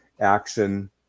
action